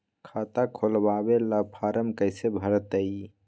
खाता खोलबाबे ला फरम कैसे भरतई?